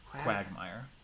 Quagmire